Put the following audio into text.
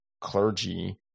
clergy